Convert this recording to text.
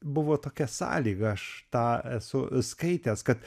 buvo tokia sąlyga aš tą esu skaitęs kad